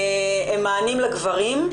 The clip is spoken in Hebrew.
הם מענים לגברים המורחקים,